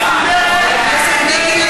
חבר הכנסת מיקי